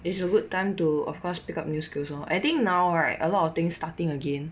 is a good time to of course pick up new skills lor I think now right a lot of things starting again